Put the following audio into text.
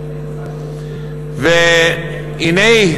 והנה,